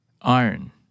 Iron